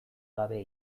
gabe